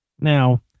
now